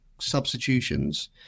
Substitutions